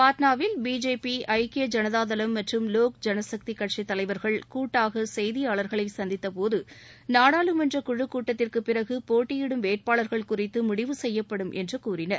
பாட்னாவில் பிஜேபி ஐக்கிய ஜனதாதளம் மற்றும் லோக் ஜனசக்தி கட்சி தலைவர்கள் கூட்டாக செய்தியாளர்களை சந்தித்த போது நாடாளுமன்ற குழு கூட்டத்திற்கு பிறகு போட்டியிடும் வேட்பாளர்கள் குறித்து முடிவு செய்யப்படும் என்று கூறினர்